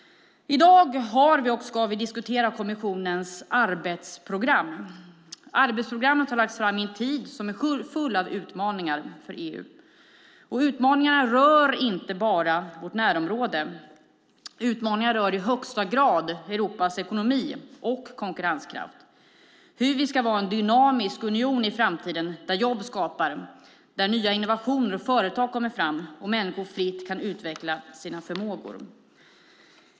I dag har vi att och ska vi diskutera kommissionens arbetsprogram. Arbetsprogrammet har lagts fram i en tid som är full av utmaningar för EU. Och utmaningarna rör inte bara vårt närområde. Utmaningarna rör i högsta grad Europas ekonomi och konkurrenskraft och hur vi ska vara en dynamisk union i framtiden där jobb skapas, där nya innovationer och företag kommer fram och människor fritt kan utveckla sina förmågor.